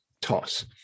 toss